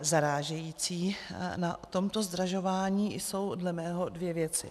Zarážející na tomto zdražování jsou dle mého dvě věci.